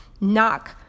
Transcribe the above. knock